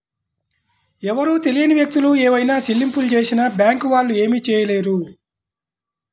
ఎవరో తెలియని వ్యక్తులు ఏవైనా చెల్లింపులు చేసినా బ్యేంకు వాళ్ళు ఏమీ చేయలేరు